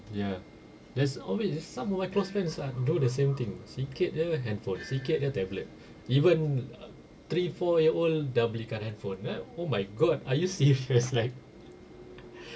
ya there's always some of my classmates ah do the same thing sikit jer handphone sikit jer tablet even three four year old dah belikan handphone like oh my god are you serious like